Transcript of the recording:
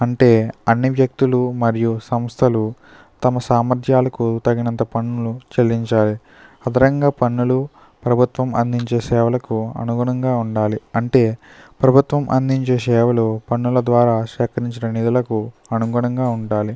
అంటే అన్ని వ్యక్తులూ మరియు సంస్థలు తమ సామర్థ్యాలకు తగినంత పన్నులు చెల్లించాలి అదనంగా పన్నులు ప్రభుత్వం అందించే సేవలకు అనుగుణంగా ఉండాలి అంటే ప్రభుత్వం అందించే సేవలు పన్నుల ద్వారా సేకరించిన నిధులకు అనుగుణంగా ఉండాలి